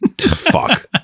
Fuck